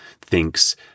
thinks